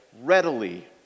readily